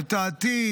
את העתיד,